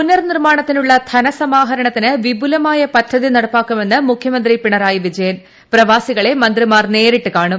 പുനർനിർമാണത്തിനുള്ള ധനസമാഹരണത്തിന് വിപുലമായ പദ്ധതി നടപ്പാക്കൂമെന്ന് മുഖ്യമന്ത്രി പ്രവാസികളെ മന്ത്രിമാർ നേരിട്ട് ക്ടാണും